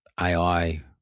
AI